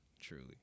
truly